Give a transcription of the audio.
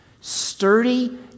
sturdy